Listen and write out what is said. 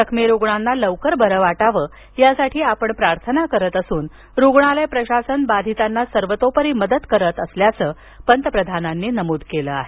जखमी रुग्णांना लवकर बरे वाटावं यासाठी आपण प्रार्थना करीत असून रुग्णालय प्रशासन बाधितांना सर्वतोपरी मदत करीत असल्याचं त्यांनी नमूद केलं आहे